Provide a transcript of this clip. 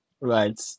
Right